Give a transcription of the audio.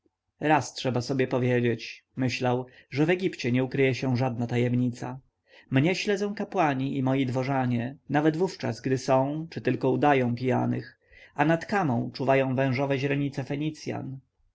raz trzeba sobie powiedzieć myślał że w egipcie nie ukryje się żadna tajemnica mnie śledzą kapłani i moi dworzanie nawet wówczas gdy są czy tylko udają pijanych a nad kamą czuwają wężowe źrenice fenicjan